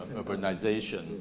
urbanization 。